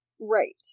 Right